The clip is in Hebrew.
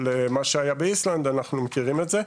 על מה שהיה באיסלנד אנחנו מכירים את זה,